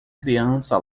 criança